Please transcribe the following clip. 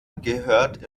gehört